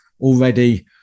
already